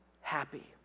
happy